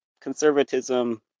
conservatism